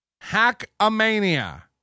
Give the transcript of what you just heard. hack-a-mania